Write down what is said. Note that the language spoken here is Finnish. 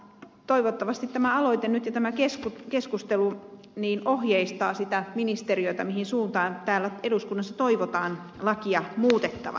toivottavasti tämä aloite nyt ja tämä keskustelu ohjeistaa sitä ministeriötä mihin suuntaan täällä eduskunnassa toivotaan lakia muutettavan